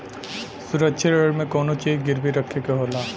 सुरक्षित ऋण में कउनो चीज गिरवी रखे के होला